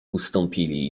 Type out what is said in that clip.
ustąpili